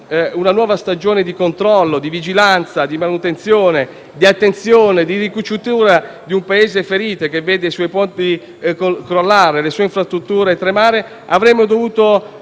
una nuova stagione di controllo, vigilanza, manutenzione e ricucitura di un Paese ferito, che vede i suoi ponti crollare e le sue infrastrutture tremare, avremmo dovuto